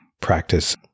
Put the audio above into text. practice